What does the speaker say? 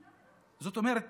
זאת אומרת